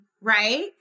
Right